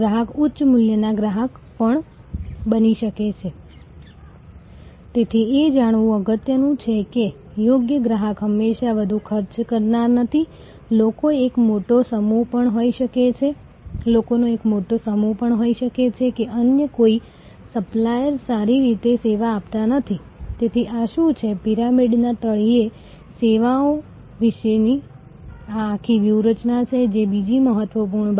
કારણ કે તે નૈતિક નથી ઇચ્છનીય નથી વ્યવહારુ નથી અને કેટલાક પ્રકારના પુનરાવર્તિત ગ્રાહકો સાથે લાંબા ગાળાના સંબંધો છે અને તે ખૂબ ખર્ચાળ હોઈ શકે છે અને તેથી આવા કિસ્સામાં ટકી રહેવું ખૂબ મહત્વ નું છે જે અમુક આરોગ્યલક્ષી સેવા માટે ખાસ કરીને જે વિશિષ્ટ આરોગ્ય સેવા પ્રદાન કરે છે તેમાં મહત્વપૂર્ણ છે